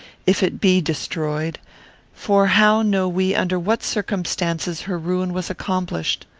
if it be destroyed for how know we under what circumstances her ruin was accomplished?